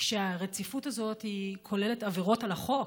כשהרציפות הזאת כוללת עבירות על החוק.